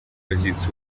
позицию